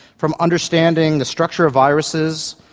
from understanding the structure of viruses,